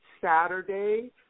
Saturday